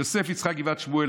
יוסף יצחק מגבעת שמואל,